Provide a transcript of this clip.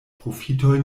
profitoj